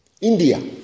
India